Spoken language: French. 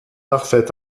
parfaite